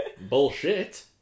Bullshit